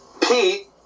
Pete